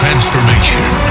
Transformation